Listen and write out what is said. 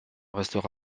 restera